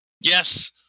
Yes